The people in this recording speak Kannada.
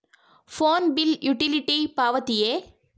ಫೋನ್ ಬಿಲ್ ಯುಟಿಲಿಟಿ ಪಾವತಿಯೇ?